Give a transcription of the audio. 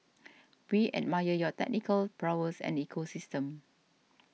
we admire your technical prowess and ecosystem